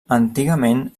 antigament